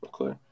Okay